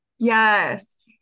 yes